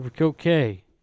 Okay